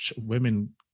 women